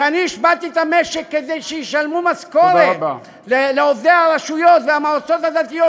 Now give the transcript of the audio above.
כשאני השבתי את המשק כדי שישלמו משכורת לעובדי הרשויות והמועצות הדתיות,